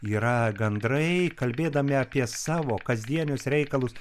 yra gandrai kalbėdami apie savo kasdienius reikalus